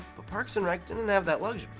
but parks and rec didn't have that luxury.